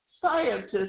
scientists